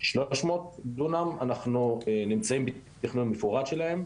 שלוש מאות דונם, אנחנו נמצאים בתכנון מפורט שלהם.